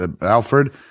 Alfred